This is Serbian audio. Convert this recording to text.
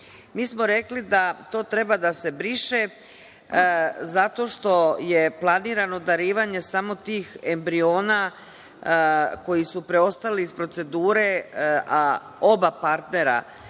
smo da to treba da se briše zato što je planirano darivanje samo tih embriona koji su preostali iz procedure, a oba partnera